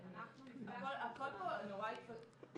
הכול פה נורא התפספס.